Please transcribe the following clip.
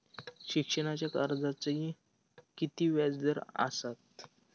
शिक्षणाच्या कर्जाचा किती व्याजदर असात?